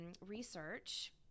research